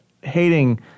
hating